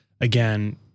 again